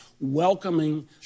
welcoming